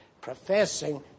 professing